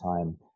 time